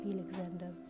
Alexander